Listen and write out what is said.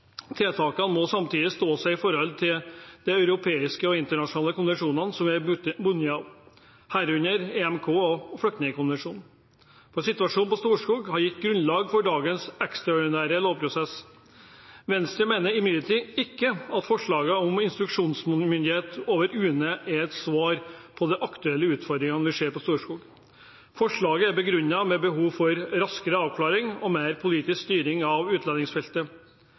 Tiltakene må samtidig stå seg opp mot de europeiske og internasjonale konvensjonene som vi er bundet av, herunder EMK og Flyktningkonvensjonen. Situasjonen på Storskog har gitt grunnlag for dagens ekstraordinære lovprosess. Venstre mener imidlertid ikke at forslaget om instruksjonsmyndighet over UNE er et svar på de aktuelle utfordringene vi ser på Storskog. Forslaget er begrunnet med behov for raskere avklaring og mer politisk styring av utlendingsfeltet.